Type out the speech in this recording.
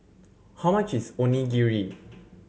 how much is Onigiri